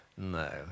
No